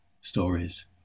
stories